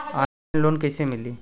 Online loan कइसे मिली?